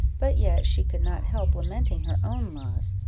but yet she could not help lamenting her own loss,